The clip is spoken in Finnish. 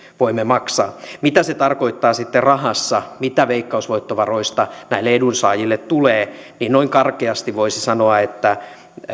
voimme maksaa mitä se sitten tarkoittaa rahassa mitä veikkausvoittovaroista näille edunsaajille tulee noin karkeasti voisi sanoa että